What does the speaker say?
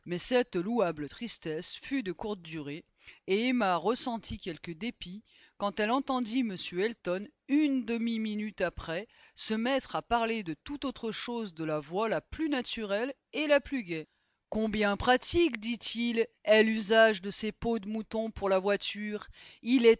cette louable tristesse fut de courte durée et emma ressentit quelque dépit quand elle entendit m elton une demi-minute après se mettre à parler de tout autre chose de la voix la plus naturelle et la plus gaie combien pratique dit-il est l'usage de ces peaux de moutons pour la voiture il est